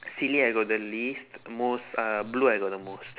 silly I got the least most uh blue I got the most